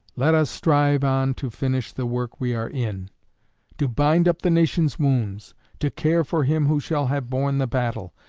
let us strive on to finish the work we are in to bind up the nation's wounds to care for him who shall have borne the battle,